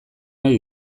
nahi